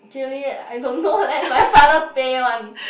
actually I don't know leh my father pay one